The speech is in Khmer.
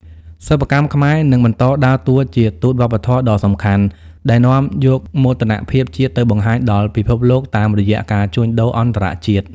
សិប្បកម្មខ្មែរនឹងបន្តដើរតួជាទូតវប្បធម៌ដ៏សំខាន់ ដែលនាំយកមោទនភាពជាតិទៅបង្ហាញដល់ពិភពលោកតាមរយៈការជួញដូរអន្តរជាតិ។